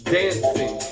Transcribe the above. dancing